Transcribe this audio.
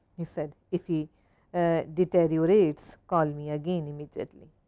he said. if he deteriorates, call me again immediately.